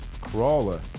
Crawler